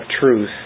truth